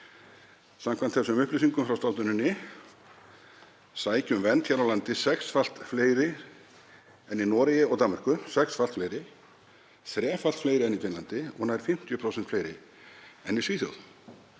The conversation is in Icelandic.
Samkvæmt þessum upplýsingum frá stofnuninni sækja um vernd hér á landi sexfalt fleiri en í Noregi og Danmörku — sexfalt fleiri, þrefalt fleiri en í Finnlandi og nær 50% fleiri en í Svíþjóð.